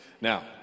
Now